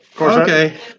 Okay